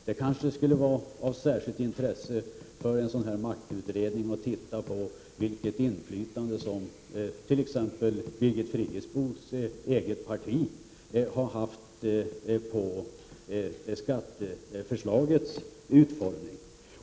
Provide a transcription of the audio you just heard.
Det skulle kanske vara av särskilt intresse för en maktutredning att se på vilket inflytande t.ex. Birgit Friggebos eget parti har haft på skatteförslagets utformning.